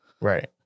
right